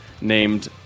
named